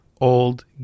old